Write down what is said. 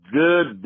good